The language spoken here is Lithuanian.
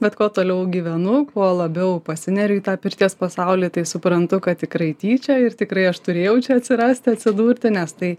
bet kuo toliau gyvenu kuo labiau pasineriu į tą pirties pasaulį tai suprantu kad tikrai tyčia ir tikrai aš turėjau čia atsirasti atsidurti nes tai